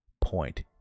Point